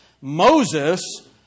Moses